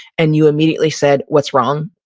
and you immediately said, what's wrong?